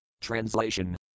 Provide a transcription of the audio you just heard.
Translation